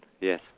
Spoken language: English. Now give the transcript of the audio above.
Yes